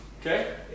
Okay